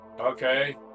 Okay